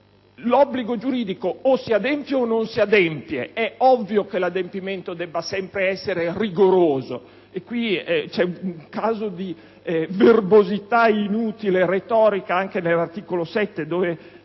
L'obbligo giuridico, o si adempie o non si adempie. È ovvio che l'adempimento debba sempre essere rigoroso. C'è un caso di verbosità inutile e retorica anche nell'articolo 7 dove,